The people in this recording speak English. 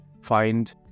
find